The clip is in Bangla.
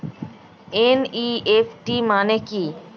এন.ই.এফ.টি মানে কি?